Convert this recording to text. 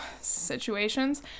situations